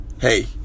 hey